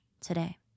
today